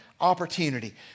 opportunity